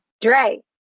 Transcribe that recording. Dre